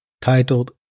titled